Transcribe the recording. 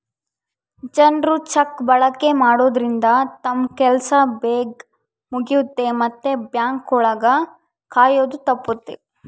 ಜನ್ರು ಚೆಕ್ ಬಳಕೆ ಮಾಡೋದ್ರಿಂದ ತಮ್ ಕೆಲ್ಸ ಬೇಗ್ ಮುಗಿಯುತ್ತೆ ಮತ್ತೆ ಬ್ಯಾಂಕ್ ಒಳಗ ಕಾಯೋದು ತಪ್ಪುತ್ತೆ